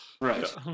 right